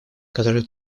которую